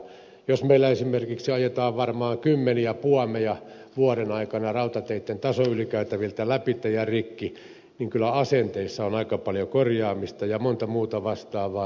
jos meillä esimerkiksi ajetaan kymmeniä puomeja vuoden aikana rautateitten tasoylikäytäviltä rikki niin kyllä asenteissa on aika paljon korjaamista ja monta muuta vastaavaa